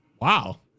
wow